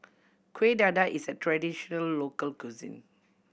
Kuih Dadar is a traditional local cuisine